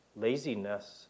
laziness